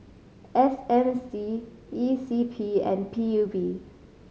S M C E C P and P U B